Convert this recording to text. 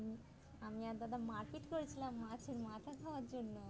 আমি আর দাদা মারপিট করেছিলাম মাছের মাথা খাওয়ার জন্য